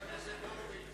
חבר הכנסת הורוביץ,